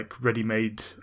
ready-made